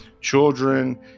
children